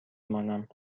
مانم